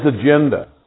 agenda